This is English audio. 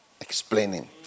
explaining